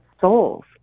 souls